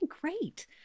great